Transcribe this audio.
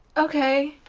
okay,